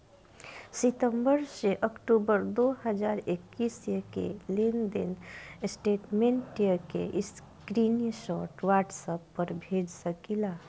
सितंबर से अक्टूबर दो हज़ार इक्कीस के लेनदेन स्टेटमेंट के स्क्रीनशाट व्हाट्सएप पर भेज सकीला?